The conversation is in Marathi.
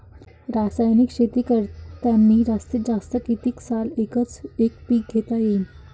रासायनिक शेती करतांनी जास्तीत जास्त कितीक साल एकच एक पीक घेता येईन?